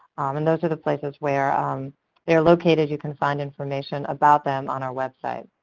and those are the places where um they are located. you can find information about them on our website.